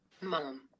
Mom